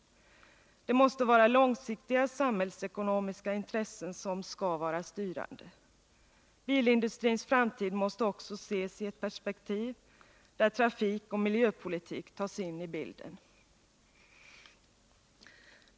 Det måste vara långsiktiga samhällsekonomiska intressen som skall vara styrande. Bilindustrins framtid måste också ses i ett perspektiv där trafikoch miljöpolitik tas in i bilden.